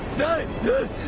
done good